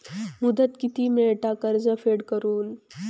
मुदत किती मेळता कर्ज फेड करून?